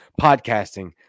podcasting